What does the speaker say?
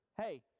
hey